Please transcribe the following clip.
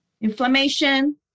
inflammation